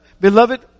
Beloved